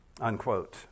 unquote